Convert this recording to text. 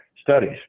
studies